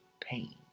pain